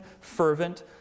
fervent